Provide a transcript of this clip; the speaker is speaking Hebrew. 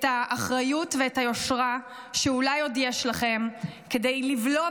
את האחריות ואת היושרה שאולי עוד יש לכם כדי לבלום